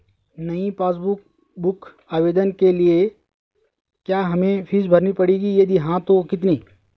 नयी passbook book आवेदन के लिए क्या हमें फीस भरनी पड़ेगी यदि हाँ तो कितनी?